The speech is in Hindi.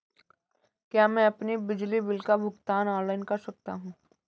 क्या मैं अपने बिजली बिल का भुगतान ऑनलाइन कर सकता हूँ?